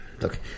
look